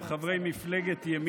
נמצאים הדברים